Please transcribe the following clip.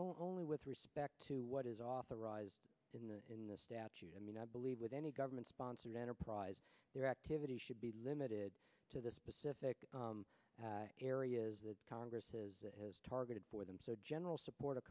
only with respect to what is authorized in the in the statute and i believe with any government sponsored enterprise their activity should be limited to the specific areas that congress is targeted for them so general support a